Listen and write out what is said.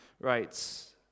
writes